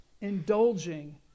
indulging